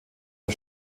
der